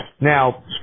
Now